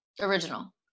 original